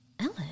ellen